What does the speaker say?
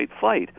fight